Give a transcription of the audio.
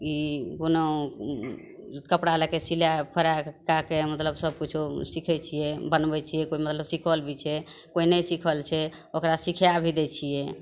ई बनाउ कपड़ा लए कऽ सिलाइ फड़ाइ कए कऽ मतलब सब कुछो सीखय छियै बनबय छियै कोइ मतलब सीखल भी छै पहिने सीखल छै ओकरा सीखा भी दै छियै